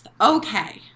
Okay